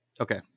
okay